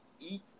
eat